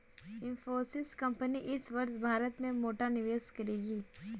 Infosys company इस वर्ष भारत में मोटा निवेश करेगी